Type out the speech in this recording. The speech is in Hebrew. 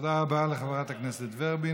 תודה רבה לחברת הכנסת ורבין.